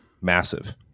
massive